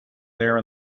there